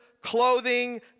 clothing